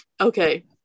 okay